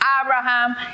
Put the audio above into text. Abraham